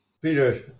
Peter